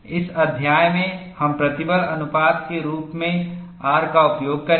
इस अध्याय में हम प्रतिबल अनुपात के रूप में R का उपयोग करेंगे